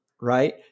Right